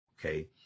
Okay